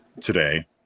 today